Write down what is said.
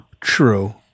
True